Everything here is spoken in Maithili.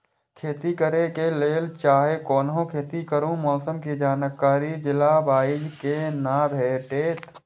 खेती करे के लेल चाहै कोनो खेती करू मौसम के जानकारी जिला वाईज के ना भेटेत?